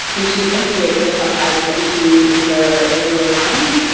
and she's integrated the plus sizes into her regular lines.